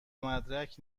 مدرک